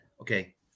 okay